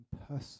personal